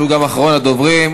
שהוא גם אחרון הדוברים.